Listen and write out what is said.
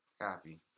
Copy